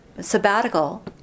sabbatical